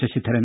Sasidharan